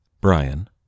Brian